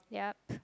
yup